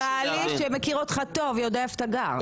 בעלי, שמכיר אותך טוב, יודע איפה אתה גר.